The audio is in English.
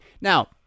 Now